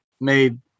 made